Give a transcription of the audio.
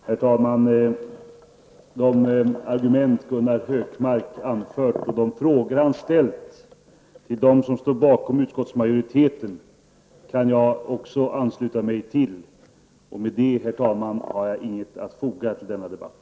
Herr talman! De argument som Gunnar Hökmark anför och de frågor han ställt till dem som står bakom utskottsmajoritetens skrivning kan jag också ansluta mig till. Förutom detta har jag, herr talman, inget ytterligare att foga till denna debatt.